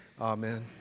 amen